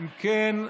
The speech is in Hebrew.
אם כן,